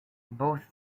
both